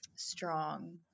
strong